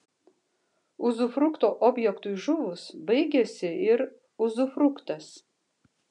uzufrukto objektui žuvus baigiasi ir uzufruktas